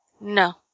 No